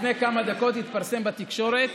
לפני כמה דקות התפרסם בתקשורת,